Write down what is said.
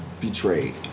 betrayed